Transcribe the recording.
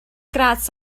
gradd